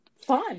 fun